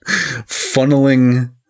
funneling